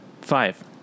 Five